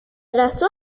razón